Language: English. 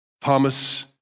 Thomas